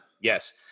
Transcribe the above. Yes